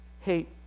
hate